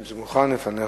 אם זה מוכן לפניך,